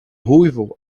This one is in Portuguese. ruivo